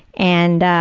and, ah,